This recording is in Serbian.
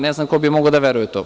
Ne znam ko bi mogao da veruje u to.